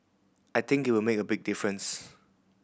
I think it will make a big difference